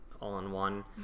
all-in-one